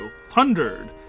thundered